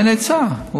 אין היצע.